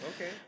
Okay